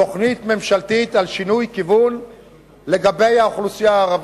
תוכנית ממשלתית על שינוי כיוון לגבי האוכלוסייה הערבית,